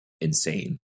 insane